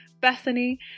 Bethany